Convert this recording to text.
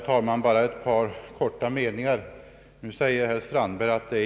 Herr talman!